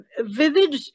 vivid